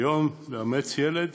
היום לאמץ ילד